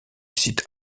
site